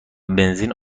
بنزین